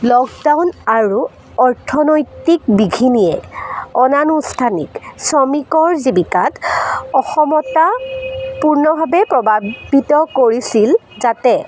lockdown আৰু অৰ্থনৈতিক বিঘিনিয়ে অনানুষ্ঠানিক শ্ৰমিকৰ জীৱিকাত অসমতাপূৰ্ণতাভাৱে প্ৰভাৱিত কৰিছিল যাতে